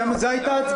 על זה הייתה ההצבעה.